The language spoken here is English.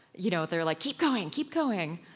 you know they're like, keep going, keep going!